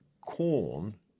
corn